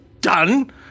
done